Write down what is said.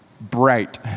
bright